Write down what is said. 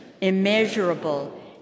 immeasurable